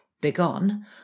Begone